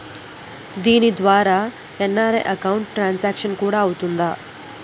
దీని ద్వారా NRI account transaction కూడా అవుతుందా?